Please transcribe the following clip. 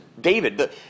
David